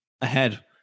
ahead